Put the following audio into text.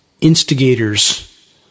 instigators